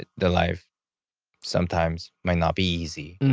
the life sometimes might not be easy,